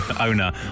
owner